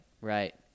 right